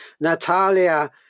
Natalia –